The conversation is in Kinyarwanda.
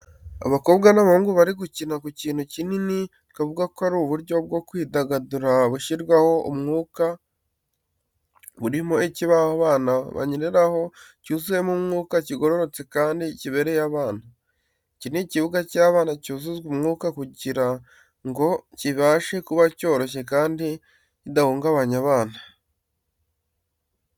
Abakobwa n’abahungu bari gukina ku kintu kinini twavuga ko ari uburyo bwo kwidagadura bushyirwaho umwuka burimo ikibaho abana banyereraho cyuzuyemo umwuka kigororotse kandi kibereye abana. Iki ni ikibuga cy’abana cyuzuzwa umwuka kugira ngo kibashe kuba cyoroshye kandi kidahungabanya abana.